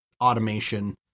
automation